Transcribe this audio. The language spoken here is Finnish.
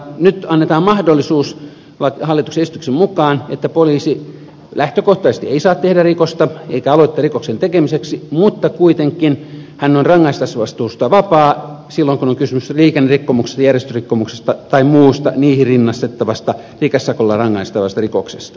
nyt annetaan hallituksen esityksen mukaan mahdollisuus että poliisi lähtökohtaisesti ei saa tehdä rikosta eikä aloitetta rikoksen tekemiseksi mutta kuitenkin hän on rangaistusvastuusta vapaa silloin kun on kysymys liikennerikkomuksesta järjestysrikkomuksesta tai muusta niihin rinnastettavasta rikesakolla rangaistavasta rikoksesta